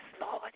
Lord